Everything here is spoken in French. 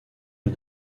une